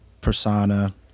persona